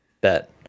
bet